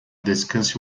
descanse